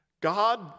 God